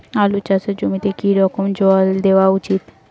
আলু চাষের জমিতে কি রকম জল দেওয়া উচিৎ?